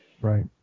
Right